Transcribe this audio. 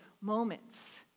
moments